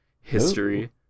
history